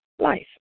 Life